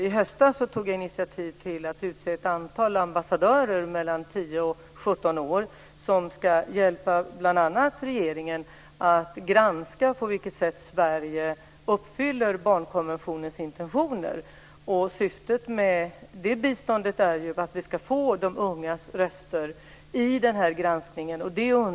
I höstas tog jag initiativ till att utse ett antal ambassadörer i åldern 10-17 år som ska hjälpa bl.a. regeringen med att granska på vilket sätt Sverige uppfyller barnkonventionens intentioner. Syftet med det biståndet är att vi ska få de ungas röster i den här granskningen.